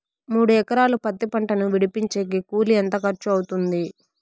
మూడు ఎకరాలు పత్తి పంటను విడిపించేకి కూలి ఎంత ఖర్చు అవుతుంది?